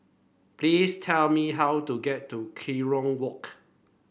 please tell me how to get to Kerong Walk